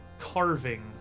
Carving